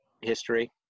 history